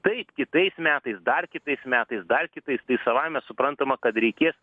taip kitais metais dar kitais metais dar kitais tai savaime suprantama kad reikės